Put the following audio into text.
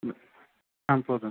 ம் ஆ போதும் சார்